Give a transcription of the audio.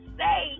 say